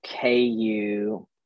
KU